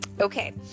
Okay